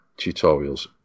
tutorials